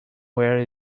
where